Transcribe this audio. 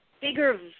bigger